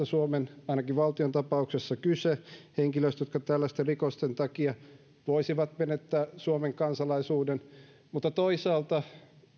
suomen valtion tapauksessa kyse varsin rajatusta ryhmästä henkilöitä jotka tällaisten rikosten takia voisivat menettää suomen kansalaisuuden mutta toisaalta